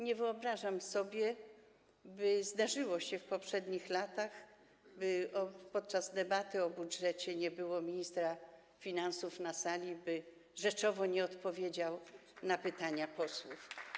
Nie wyobrażam sobie, by zdarzyło się w poprzednich latach, by podczas debaty o budżecie nie było ministra finansów na sali, by rzeczowo nie odpowiedział na pytania posłów.